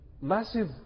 massive